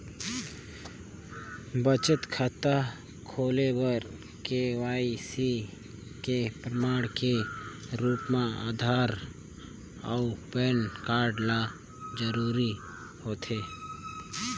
बचत खाता खोले बर के.वाइ.सी के प्रमाण के रूप म आधार अऊ पैन कार्ड ल जरूरी होथे